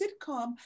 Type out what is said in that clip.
sitcom